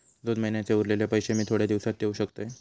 दोन महिन्यांचे उरलेले पैशे मी थोड्या दिवसा देव शकतय?